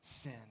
sin